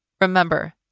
Remember